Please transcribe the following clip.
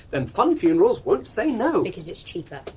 then funn funerals won't say no. because it's cheaper.